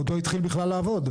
עוד לא התחיל בכלל לעבוד.